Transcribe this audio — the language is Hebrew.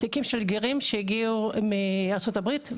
תיקים של גרים שהגיעו מארצות הברית,